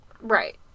Right